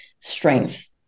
strength